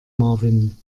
marvin